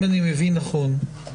אם אני מבין נכון,